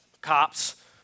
cops